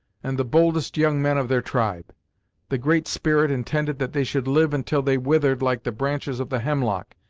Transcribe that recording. and the boldest young men of their tribe the great spirit intended that they should live until they withered like the branches of the hemlock,